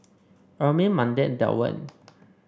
Ermine Mandi and Delwin